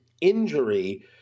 injury